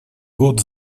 год